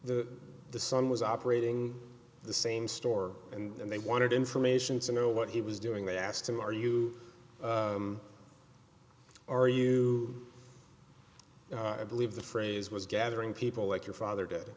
the the son was operating the same store and they wanted information to know what he was doing they asked him are you you are i believe the phrase was gathering people like your father d